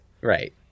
Right